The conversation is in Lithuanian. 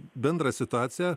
bendra situacija